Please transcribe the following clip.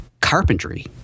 carpentry